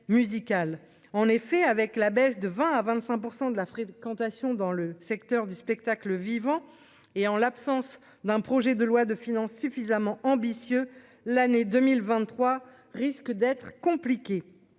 en effet avec la baisse de 20 à 25 % de la fréquentation dans le secteur du spectacle vivant et en l'absence d'un projet de loi de finances suffisamment ambitieux l'année 2023 risque d'être compliqué,